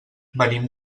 venim